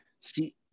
See